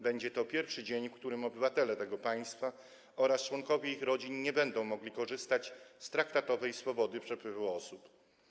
Będzie to pierwszy dzień, w którym obywatele tego państwa oraz członkowie ich rodzin nie będą mogli korzystać z traktatowej swobody przepływu osób.